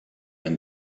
and